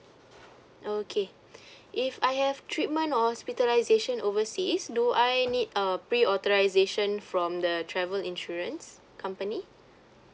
okay if I have treatment or hospitalisation overseas do I need uh pre-authorisation from the travel insurance company